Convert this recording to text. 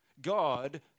God